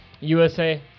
USA